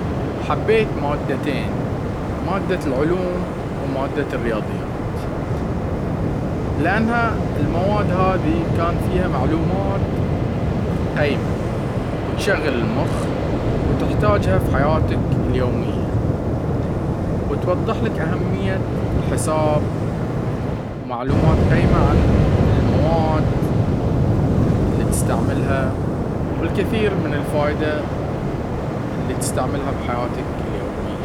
حبيت مادتين مادة العلوم ومادة الرياضيات, لانه المواد هذي كان فيها معلومات قيمة وتشغل المخ وتحتاجها في حياتك اليومية وتوضح لك اهمية الحساب ومعلومات قيمة عن المواد التي تستعملها والكثير من الفائدة. التي تستعملها في حياتك اليومية